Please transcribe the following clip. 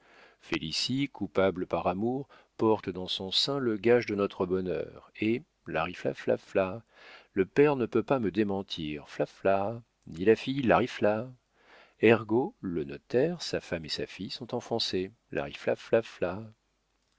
coupable par amour porte dans son sein le gage de notre bonheur et larifla fla fla le père ne peut pas me démentir fla fla ni la fille larifla ergo le notaire sa femme et sa fille sont enfoncés